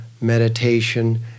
meditation